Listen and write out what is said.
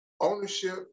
ownership